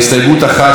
הסתייגות 1,